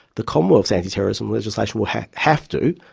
the commonwealth's anti-terrorism legislation will have have to,